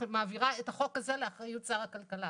שמעבירה את החוק הזה לאחריות שר הכלכלה.